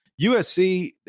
USC